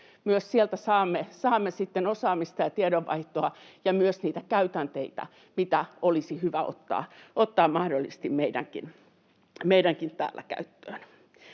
myös sieltä saamme sitten osaamista ja tiedonvaihtoa ja myös niitä käytänteitä, mitä olisi hyvä ottaa mahdollisesti meidänkin täällä käyttöön.